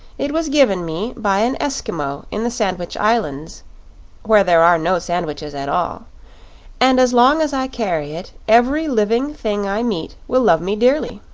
it was given me by an eskimo in the sandwich islands where there are no sandwiches at all and as long as i carry it every living thing i meet will love me dearly.